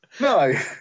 No